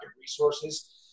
resources